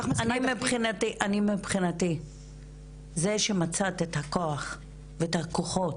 מבחינתי, זה שמצאת את הכוחות